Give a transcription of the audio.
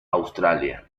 australia